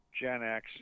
GenX